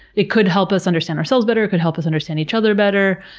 it could help us understand ourselves better, it could help us understand each other better,